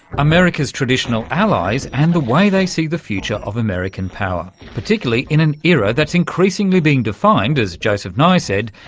america's traditional allies and the way they see the future of american power, particularly in an era that's increasingly being defined, as joseph nye said,